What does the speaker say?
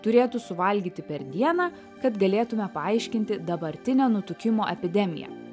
turėtų suvalgyti per dieną kad galėtume paaiškinti dabartinę nutukimo epidemiją